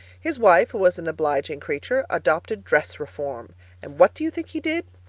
his wife, who was an obliging creature, adopted dress reform and what do you think he did?